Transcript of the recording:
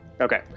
Okay